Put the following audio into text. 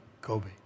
Kobe